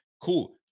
cool